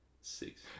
Six